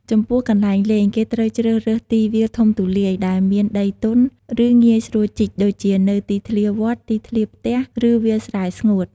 ចំពោះកន្លែងលេង គេត្រូវជ្រើសរើស ទីវាលធំទូលាយ ដែលមានដីទន់ ឬងាយស្រួលជីក ដូចជានៅទីធ្លាវត្ត ទីធ្លាផ្ទះ ឬវាលស្រែស្ងួត។